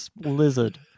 lizard